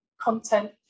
content